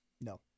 No